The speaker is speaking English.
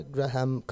Graham